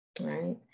right